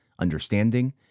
understanding